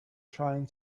trying